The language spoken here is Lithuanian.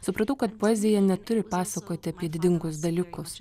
supratau kad poezija neturi pasakoti apie didingus dalykus